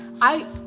I-